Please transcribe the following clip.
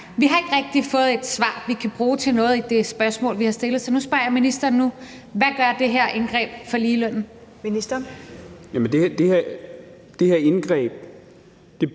Vi har ikke rigtig fået et svar, som vi kan bruge til noget, på de spørgsmål, vi har stillet. Så nu spørger jeg ministeren: Hvad gør det her indgreb for ligelønnen? Kl. 12:07 Første